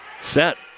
set